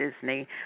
Disney